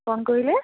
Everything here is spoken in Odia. କ'ଣ କହିଲେ